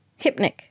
Hypnic